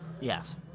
Yes